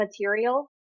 material